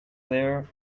clear